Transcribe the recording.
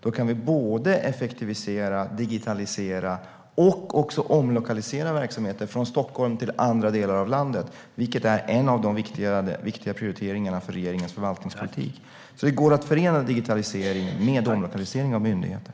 Då kan vi både effektivisera och digitalisera och också omlokalisera verksamheter från Stockholm till andra delar av landet, vilket är en av de viktiga prioriteringarna för regeringens förvaltningspolitik. Det går alltså att förena digitalisering med omlokalisering av myndigheter.